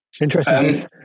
Interesting